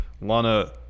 Lana